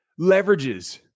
leverages